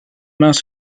mains